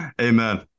Amen